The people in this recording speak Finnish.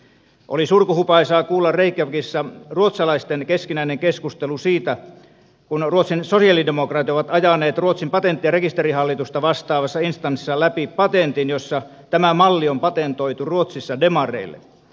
oli surkuhupaisaa kuulla reykjavikissa ruotsalaisten keskinäinen keskustelu siitä kun ruotsin sosialidemokraatit ovat ajaneet ruotsin patentti ja rekisterihallitusta vastaavassa instanssissa läpi patentin jossa tämä malli on patentoitu ruotsissa demareille